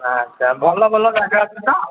ଆଚ୍ଛା ଭଲ ଭଲ ଜାଗା ଅଛି ତ